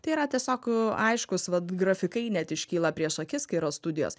tai yra tiesiog aiškus vat grafikai net iškyla prieš akis kai yra studijos